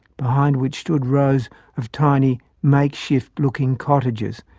behind which stood rows of tiny makeshift-looking cottages,